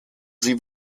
sie